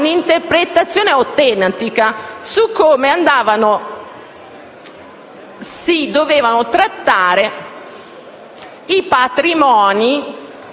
un'interpretazione autentica di come si dovevano trattare i patrimoni